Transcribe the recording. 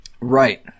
right